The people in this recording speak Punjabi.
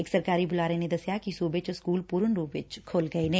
ਇਕ ਸਰਕਾਰੀ ਬੁਲਾਰੇ ਨੇ ਦਸਿਆ ਕਿ ਸੂਬੇ ਚ ਸਕੂਲ ਪੂਰਨ ਰੂਪ ਚ ਖੁੱਲੂ ਗਏ ਨੇ